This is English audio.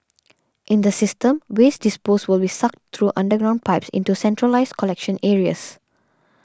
in the system waste disposed will be sucked through underground pipes into centralised collection areas